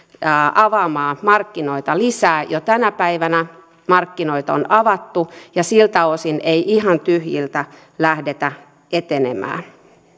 avaamaan markkinoita lisää jo tänä päivänä markkinoita on avattu ja siltä osin ei ihan tyhjiltä lähdetä etenemään